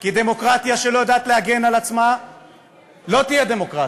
כי דמוקרטיה שלא יודעת להגן על עצמה לא תהיה דמוקרטיה,